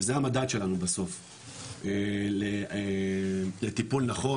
שזה המדד שלנו בסוף לטיפול נכון,